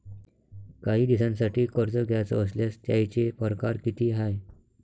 कायी दिसांसाठी कर्ज घ्याचं असल्यास त्यायचे परकार किती हाय?